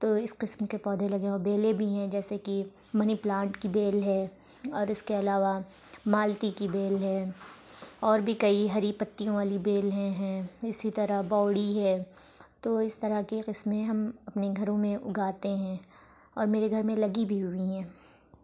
تو اس قسم کے پودھے لگے ہوئے ہیں اور بیلیں بھی ہیں جیسے کہ منی پلانٹ کی بیل ہے اور اس کے علاوہ مالتی کی بیل ہے اور بھی کئی ہری پتیوں والی بیلیں ہیں اسی طرح باؤلی ہے تو اس طرح کی قسمیں ہم اپنے گھروں میں اگاتے ہیں اور میرے گھر میں لگی بھی ہوئی ہیں